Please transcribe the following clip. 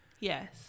Yes